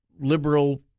liberal